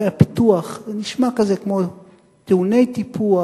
"ערי הפיתוח" זה נשמע כמו טעוני טיפוח,